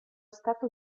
stato